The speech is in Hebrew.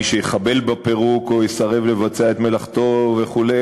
מי שיחבל בפירוק או יסרב לבצע את מלאכתו וכו',